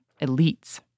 Elites